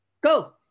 Go